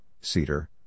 cedar